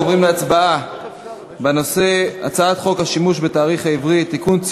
אנחנו עוברים להצבעה בנושא: הצעת חוק השימוש בתאריך העברי (תיקון,